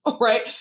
right